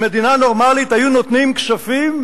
במדינה נורמלית היו נותנים כספים?